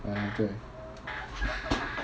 ah true